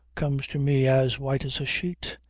comes to me as white as a sheet,